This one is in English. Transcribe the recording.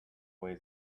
way